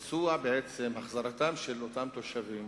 שהחזרתם של אותם תושבים